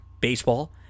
baseball